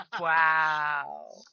Wow